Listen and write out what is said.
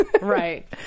Right